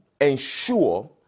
ensure